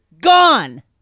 gone